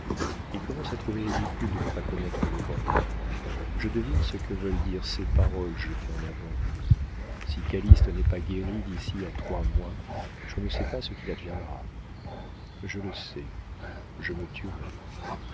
il commence à trouver ridicule de ne pas connaître l'europe je devine ce que veulent dire ces paroles jetées en avant si calyste n'est pas guéri d'ici à trois mois je ne sais pas ce qu'il adviendra je le sais je me tuerai